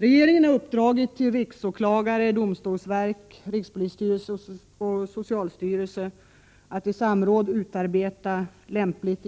Regeringen har uppdragit åt riksåklagare, domstolsverk, rikspolisstyrelse och socialstyrelse att i samråd utarbeta lämpligt